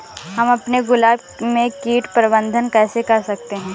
हम अपने गुलाब में कीट प्रबंधन कैसे कर सकते है?